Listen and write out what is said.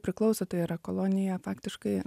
priklauso tai yra kolonija faktiškai